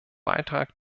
beitrag